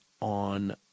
on